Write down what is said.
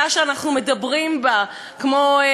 כמו הכותל וכמו הגיור,